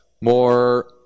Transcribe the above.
more